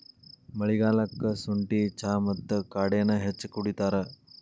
ಮಳಿಗಾಲಕ್ಕ ಸುಂಠಿ ಚಾ ಮತ್ತ ಕಾಡೆನಾ ಹೆಚ್ಚ ಕುಡಿತಾರ